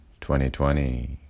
2020